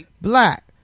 Black